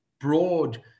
broad